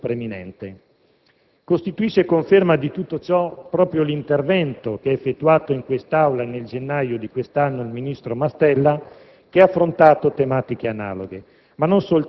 protetto ed anche un interesse pubblico preminente. Costituisce conferma di tutto ciò proprio l'intervento che ha effettuato in quest'Aula nel gennaio scorso il ministro Mastella,